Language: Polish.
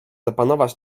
zapanować